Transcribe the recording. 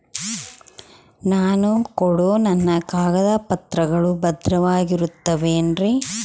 ನಾನು ಕೊಡೋ ನನ್ನ ಕಾಗದ ಪತ್ರಗಳು ಭದ್ರವಾಗಿರುತ್ತವೆ ಏನ್ರಿ?